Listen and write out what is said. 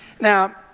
Now